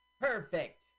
Perfect